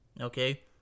okay